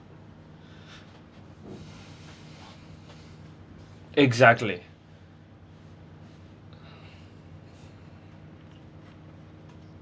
exactly